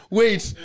wait